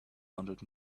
hundred